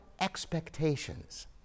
expectations